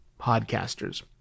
podcasters